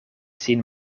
sin